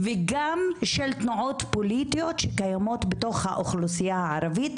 וגם של תנועות פוליטיות שקיימות בתוך האוכלוסייה הערבית,